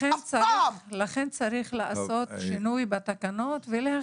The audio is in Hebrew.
לכן צריך לעשות שינוי בתקנות ולהכניס.